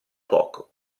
poco